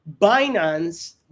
Binance